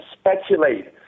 speculate